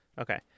Okay